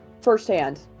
firsthand